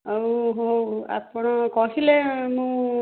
ଆଉ ହଉ ଆପଣ କହିଲେ ମୁଁ